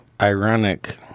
ironic